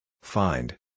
Find